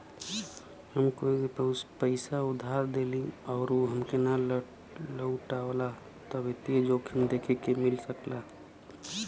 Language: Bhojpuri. हम कोई के पइसा उधार देली आउर उ हमके ना लउटावला त वित्तीय जोखिम देखे के मिल सकला